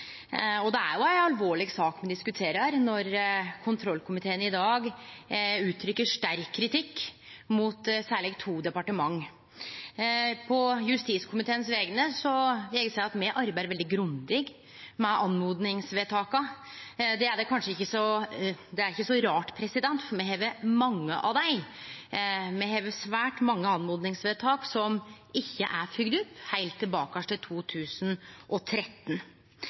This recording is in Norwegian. Det er jo ei alvorleg sak me diskuterer når kontrollkomiteen i dag uttrykkjer sterk kritikk mot særleg to departement. På vegner av justiskomiteen vil eg seie at me arbeider veldig grundig med oppmodingsvedtaka. Det er ikkje så rart, for me har mange av dei, me har svært mange oppmodingsvedtak som ikkje er følgde opp, heilt tilbake til 2013.